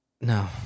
No